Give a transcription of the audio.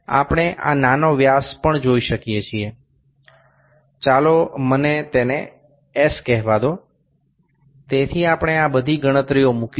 আমরা এই সমস্ত গণনা এবং লেখাগুলি আপনাকে নোট এর মাধ্যমে দিয়ে দেব